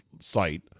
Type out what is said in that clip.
site